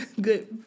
good